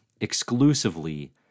exclusively